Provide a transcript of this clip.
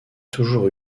toujours